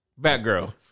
Batgirl